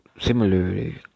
similarly